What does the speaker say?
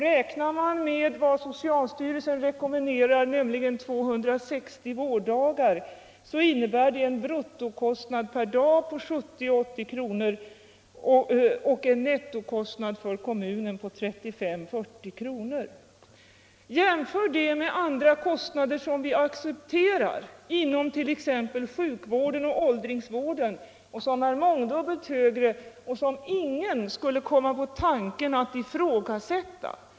Räknar man med den tid som socialstyrelsen rekommenderar, nämligen 230-260 vårddagar per år innebär det en bruttokostnad per dag på 70-80 kr. och en nettokostnad för kommunen på 35-40 kr. Jämför den kostnaden med andra kostnader som vi accepterar, t.ex. inom sjukvården och åldringsvården, och som är mångdubbelt högre men som ingen skulle komma på tanken att ifrågasätta!